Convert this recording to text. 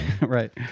Right